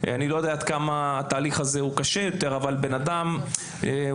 לא יודע עד כמה התהליך הזה קשה יותר אבל אדם נחשף